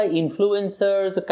influencers